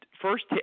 first